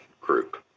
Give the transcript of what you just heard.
group